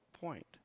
point